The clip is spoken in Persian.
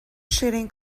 شیرین